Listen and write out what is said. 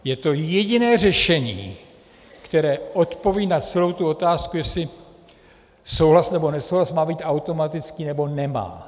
Je to jediné řešení, které odpoví na celou tu otázku, jestli souhlas nebo nesouhlas má být automatický, nebo nemá.